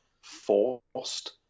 forced